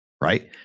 right